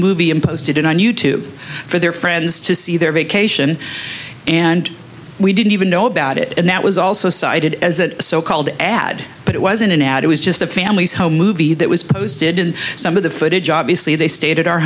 movie and posted it on you tube for their friends to see their vacation and we didn't even know about it and that was also cited as a so called ad but it wasn't an ad it was just a family's home movie that was posted in some of the footage obviously they stated